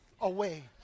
Away